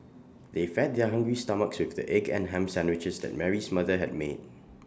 they fed their hungry stomachs with the egg and Ham Sandwiches that Mary's mother had made